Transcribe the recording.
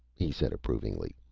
he said approvingly.